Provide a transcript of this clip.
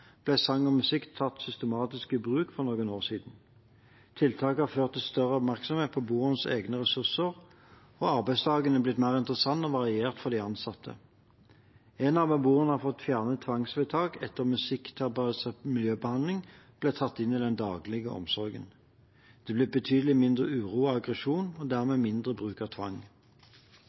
ble sang og musikk tatt systematisk i bruk for noen år siden. Tiltaket har ført til større oppmerksomhet på beboernes egne ressurser, og arbeidsdagen er blitt mer interessant og variert for de ansatte. En av beboerne har fått fjernet tvangsvedtak etter at musikkbasert miljøbehandling ble tatt inn i den daglige omsorgen. Det er blitt betydelig mindre uro og aggresjon og dermed mindre bruk av tvang.